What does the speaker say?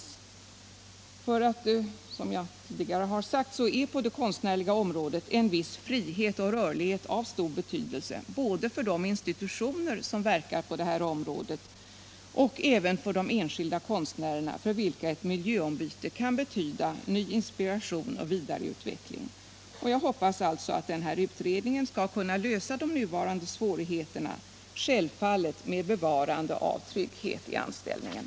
Som jag tidigare har sagt är på det konstnärliga området en viss frihet och rörlighet av stor betydelse, både för de institutioner som verkar på detta område och för de enskilda konstnärerna, för vilka ett miljöombyte kan betyda ny inspiration och vidareutveckling. Jag hoppas alltså att den här utredningen skall kunna lösa de nuvarande svårigheterna, självfallet med bevarande av trygghet i anställningen.